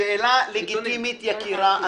שאלה לגיטימית, יקירה.